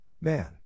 man